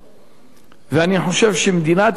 ואני חושב מדינת ישראל חייבת